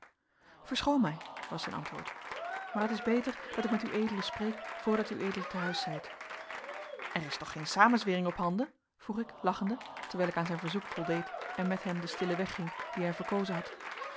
verschoon mij was zijn antwoord maar het is beter dat ik met ued spreek voordat ued te huis zijt er is toch geen samenzwering ophanden vroeg ik lachende terwijl ik aan zijn verzoek voldeed en met hem den stillen weg ging dien hij verkozen had